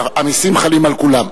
המסים חלים על כולם.